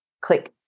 click